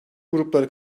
grupları